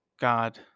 God